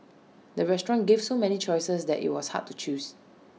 the restaurant gave so many choices that IT was hard to choose